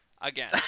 again